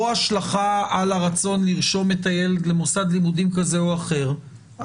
השלכה על הרצון לרשום את הילד למוסד לימודים כזה או אחר,